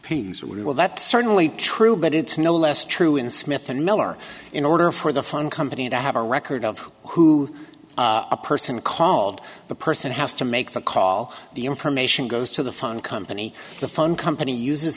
we will that's certainly true but it's no less true in smith and miller in order for the phone company to have a record of who a person called the person has to make the call the information goes to the phone company the phone company uses